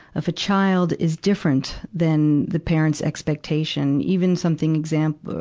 if a child is different than the parent's expectation. even something examp,